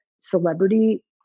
celebrity